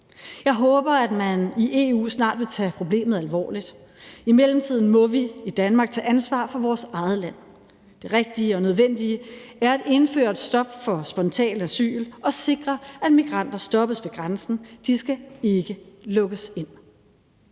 Jeg håber, at man i EU snart vil tage problemet alvorligt. I mellemtiden må vi i Danmark tage ansvar for vores eget land. Det rigtige og nødvendige er at indføre et stop for spontant asyl og sikre, at migranter stoppes ved grænsen. De skal ikke lukkes ind.